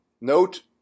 note